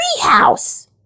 treehouse